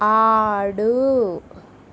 ఆడు